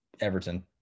Everton